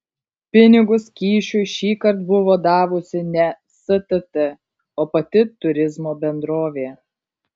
pinigus kyšiui šįkart buvo davusi ne stt o pati turizmo bendrovė